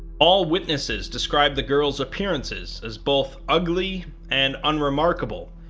all witnesses describe the girls appearances as both ugly and unremarkable,